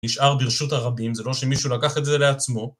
נשאר ברשות הרבים, זה לא שמישהו לקח את זה לעצמו.